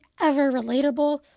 ever-relatable